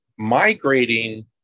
migrating